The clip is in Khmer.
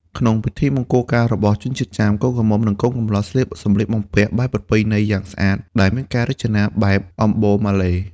ក្នុងពិធីមង្គលការរបស់ជនជាតិចាម កូនក្រមុំ និងកូនកំលោះស្លៀកសម្លៀកបំពាក់បែបប្រពៃណីយ៉ាងស្អាត ដែលមានការរចនាបែបអម្បូរម៉ាឡេ។